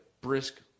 brisk